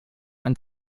ein